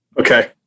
okay